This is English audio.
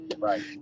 Right